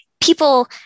people